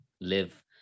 live